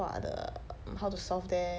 what are the how to solve them